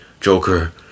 Joker